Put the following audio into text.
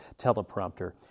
teleprompter